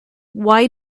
why